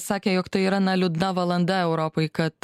sakė jog tai yra na liūdna valanda europai kad